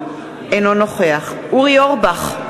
אינו נוכח אורי אורבך,